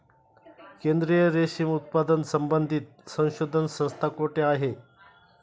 केंद्रीय रेशीम उत्पादन संबंधित संशोधन संस्था कोठे आहे?